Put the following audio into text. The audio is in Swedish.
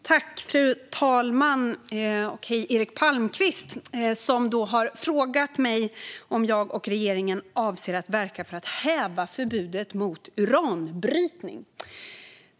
Fru talman! har frågat mig om jag och regeringen avser att verka för att häva förbudet mot uranbrytning.